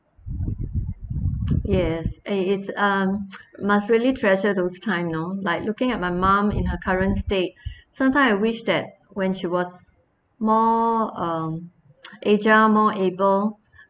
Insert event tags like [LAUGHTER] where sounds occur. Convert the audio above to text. [NOISE] yes eh it's a [NOISE] must really treasure those time you know like looking at my mum in her current state sometime I wish that when she was more um [NOISE] agile more able